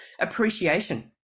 appreciation